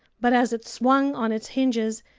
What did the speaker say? but as it swung on its hinges,